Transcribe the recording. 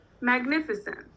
magnificent